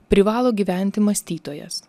privalo gyventi mąstytojas